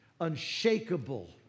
Unshakable